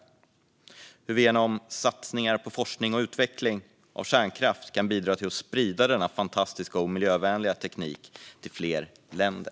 Och den skulle kunna handla om hur vi genom satsningar på forskning om och utveckling av kärnkraft kan bidra till att sprida denna fantastiska och miljövänliga teknik till fler länder.